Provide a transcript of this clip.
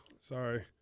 sorry